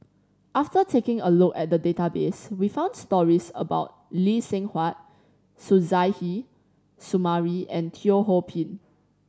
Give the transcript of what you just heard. after taking a look at the database we found stories about Lee Seng Huat Suzairhe Sumari and Teo Ho Pin